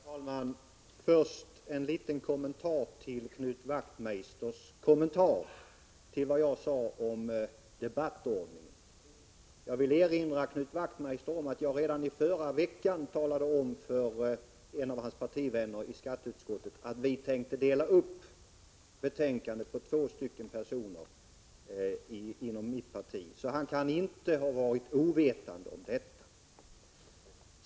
Herr talman! Jag vill börja med en liten replik till Knut Wachtmeister angående hans kommentar till vad jag sade om debattordningen. Jag vill erinra Knut Wachtmeister om att jag redan i förra veckan talade om för en av hans partivänner i skatteutskottet att vi tänkte dela upp frågorna i betänkandet på två personer inom mitt parti. Han kan inte ha varit ovetande om detta.